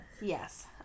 Yes